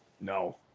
No